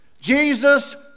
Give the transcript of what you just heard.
Jesus